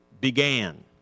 began